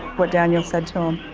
what daniel said to him,